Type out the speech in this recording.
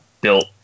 built